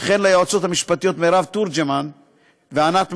וכן ליועצות המשפטיות מרב תורג'מן וענת מימון,